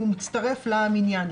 הוא מצטרף למניין.